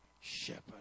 shepherd